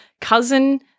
cousin